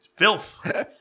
Filth